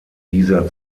dieser